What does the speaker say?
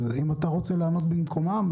אם אתה רוצה לענות במקומם,